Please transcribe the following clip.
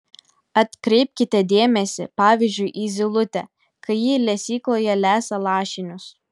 atkreipkite dėmesį pavyzdžiui į zylutę kai ji lesykloje lesa lašinius